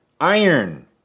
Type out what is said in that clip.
iron